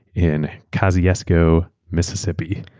in kosciusko, mississippi.